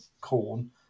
corn